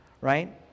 right